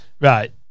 right